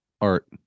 art